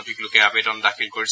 অধিক লোকে আবেদন দাখিল কৰিছে